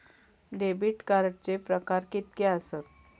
Debit कार्डचे प्रकार कीतके आसत?